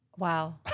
Wow